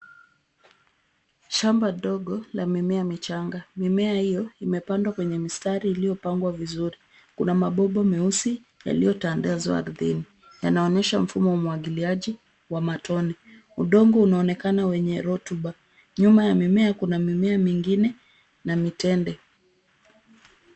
Shamba dogo la mimea michanga. Mimea hiyo imepandwa kwenye mistari iliyopangwa vizuru. Kuna mabomba meusi yaliyotandazwa ardhini. Yanaonyesha mfumo wa umwagiliaji wa matone. Udongo unaonekana wenye rotuba. Nyuma ya mimea, kuna mimea mingine na mitende.